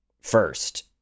first